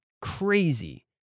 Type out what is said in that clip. crazy